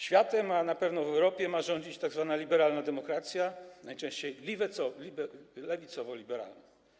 Światem, a na pewno Europą, ma rządzić tzw. liberalna demokracja, najczęściej lewicowo-liberalna.